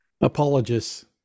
Apologists